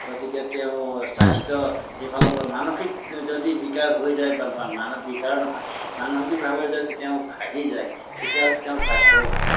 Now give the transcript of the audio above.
গতিকে তেওঁ স্বাস্থ্য সেইফালৰ পৰা মানসিক যদি বিকাৰ হৈ যায় বা মান বিকাৰ নহয় মানসিকভাৱে যদি তেওঁ ভাগি যায় তেতিয়াহ'লে তেওঁৰ স্বাস্থ্যও ভাগি গ'ল